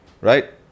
Right